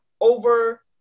over